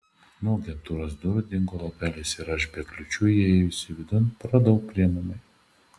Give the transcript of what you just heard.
nuo agentūros durų dingo lapelis ir aš be kliūčių įėjusi vidun radau priimamąjį